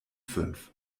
fünf